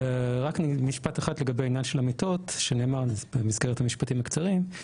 רק משפט אחד לגבי העניין של המיטות שנאמר במסגרת המשפטים הקצרים,